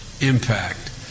impact